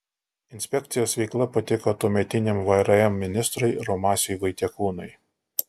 inspekcijos veikla patiko tuometiniam vrm ministrui romasiui vaitekūnui